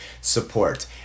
support